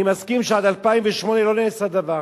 אני מסכים שעד 2008 לא נעשה דבר,